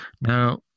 Now